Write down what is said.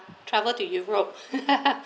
travel to europe